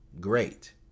great